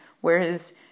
whereas